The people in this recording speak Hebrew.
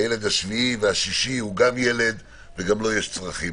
הילד השישי והשביעי הוא גם ילד, וגם לו יש צרכים.